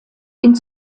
allem